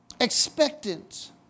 Expectant